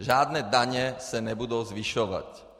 Žádné daně se nebudou zvyšovat.